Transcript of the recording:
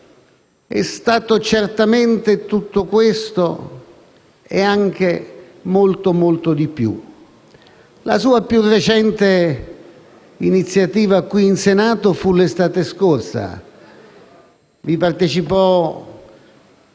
è stato certamente tutto questo e anche molto di più. La sua più recente iniziativa qui in Senato fu l'estate scorsa. Vi partecipò